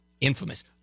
infamous